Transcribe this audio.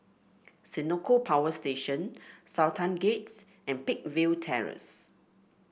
Senoko Power Station Sultan Gate and Peakville Terrace